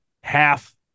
half